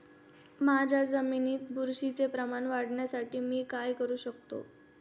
माझ्या जमिनीत बुरशीचे प्रमाण वाढवण्यासाठी मी काय करू शकतो?